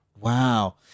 Wow